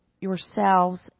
yourselves